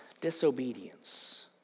disobedience